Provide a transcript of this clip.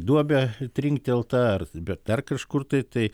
duobę trinktelta ar bet dar kažkur tai tai